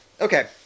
Okay